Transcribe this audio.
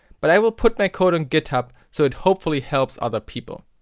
but i will put my code on github so it hopefully helps other people.